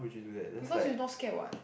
because you not scared what